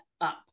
up